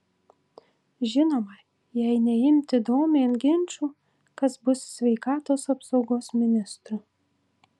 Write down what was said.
žinoma jei neimti domėn ginčų kas bus sveikatos apsaugos ministru